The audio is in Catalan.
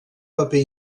paper